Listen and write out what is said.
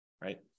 right